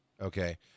okay